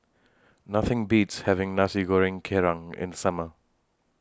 Nothing Beats having Nasi Goreng Kerang in The Summer